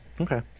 Okay